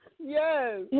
yes